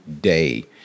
day